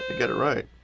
got it right.